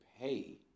pay